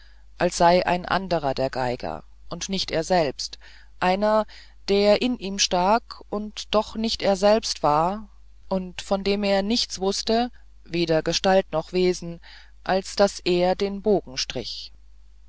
als sei ein anderer der geiger und nicht er selber einer der in ihm stak und doch nicht er selbst war und von dem er nichts wußte weder gestalt noch wesen als daß er den bogen strich